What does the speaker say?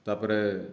ତା' ପରେ